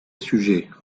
sujet